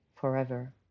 Forever